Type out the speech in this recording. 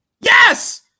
Yes